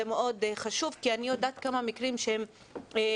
זה חשוב כי אני יודעת על כמה מקרים שהם עובדים